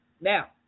Now